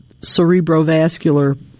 cerebrovascular